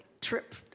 trip